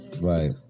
Right